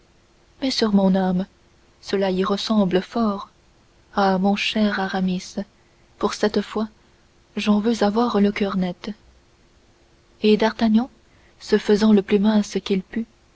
mais sur mon âme cela y ressemble fort ah mon cher aramis pour cette fois j'en veux avoir le coeur net et d'artagnan se faisant le plus mince qu'il put